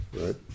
right